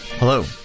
Hello